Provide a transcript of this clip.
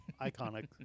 Iconic